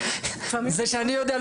זה שאני יודע,